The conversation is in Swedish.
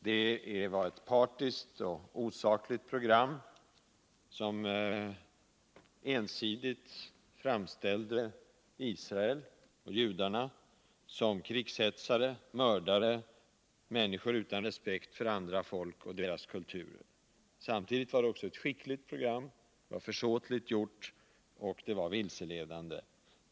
Det var ett partiskt och osakligt program som ensidigt framställde israelerna och judarna som krigshetsare, mördare, människor utan respekt för andra folk och deras kulturer. Samtidigt var det också ett skickligt program. Det var försåtligt gjort, och det var vilseledande.